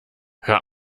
hör